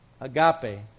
agape